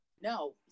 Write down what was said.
no